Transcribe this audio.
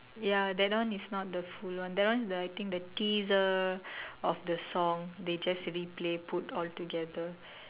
ya that one is not the full one that one is the I think the teaser of the song they just replay put all together